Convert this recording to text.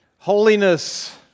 Holiness